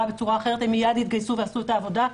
בצורה אחרת והם מיד התגייסו ועשו את העבודה.